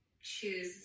choose